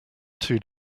two